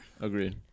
Agreed